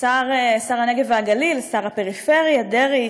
שר הנגב והגליל, שר הפריפריה, דרעי,